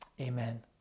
Amen